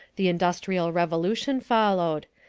the industrial revolution followed,